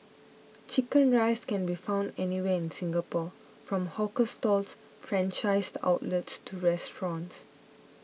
Chicken Rice can be found anywhere in Singapore from hawker stalls franchised outlets to restaurants